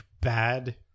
bad